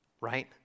right